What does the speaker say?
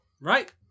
right